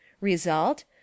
result